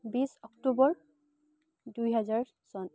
বিছ অক্টোবৰ দুহেজাৰ চন